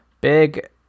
big